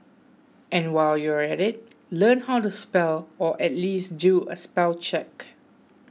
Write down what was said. and while you're at it learn how to spell or at least do a spell check